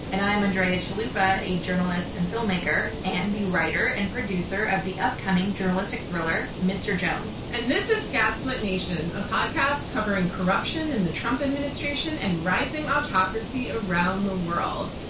and i am andrea chalupa, a journalist and filmmaker, and the writer and producer of the upcoming journalistic thriller mr. jones. and this is gaslit nation, a podcast covering corruption in the trump administration and rising autocracy around the world.